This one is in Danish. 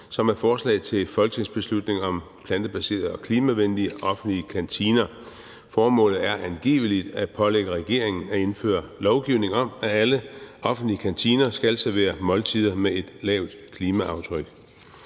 som er forslag til folketingsbeslutning om plantebaserede og klimavenlige offentlige kantiner. Formålet er angiveligt at pålægge regeringen at indføre en lovgivning om, at alle offentlige kantiner skal servere måltider med et lavt klimaaftryk.